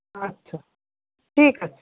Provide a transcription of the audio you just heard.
আচ্ছা ঠিক আছে